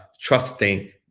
trusting